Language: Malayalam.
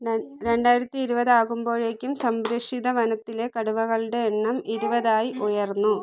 രണ്ടായിരത്തി ഇരുപത് ആകുമ്പോഴേക്കും സംരക്ഷിത വനത്തിലെ കടുവകളുടെ എണ്ണം ഇരുപതായി ഉയർന്നു